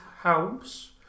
house